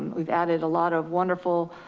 we've added a lot of wonderful